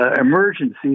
emergency